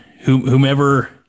whomever